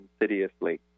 insidiously